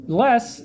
less